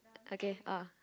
okay ah